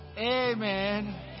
amen